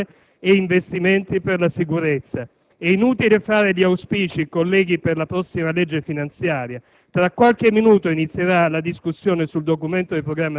esigiamo però risorse pubbliche adeguate e investimenti per la sicurezza. È inutile fare auspici, colleghi, per la prossima legge finanziaria: